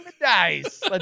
dice